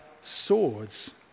swords